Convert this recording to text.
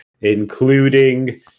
including